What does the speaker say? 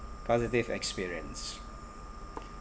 positive experience